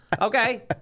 okay